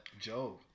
Joe